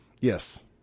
Yes